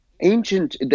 ancient